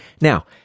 Now